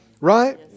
right